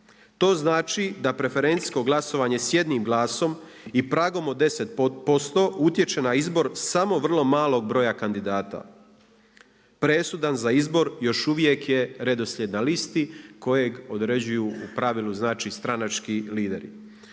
To znači da preferencijsko glasovanje s jednim glasom i pragom od 10% utječe na izbor samo vrlo malog broja kandidata. Presudan za izbor još uvijek je redoslijed na listi kojeg određuju u pravilu stranački lideri.